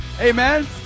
Amen